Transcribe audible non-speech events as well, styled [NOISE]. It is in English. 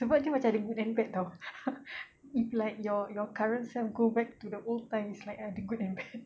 sebab dia macam ada good and bad [tau] [LAUGHS] if like your your current self go back to the old times like ada good and bad